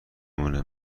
مونه